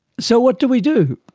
so what do we do?